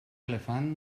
elefant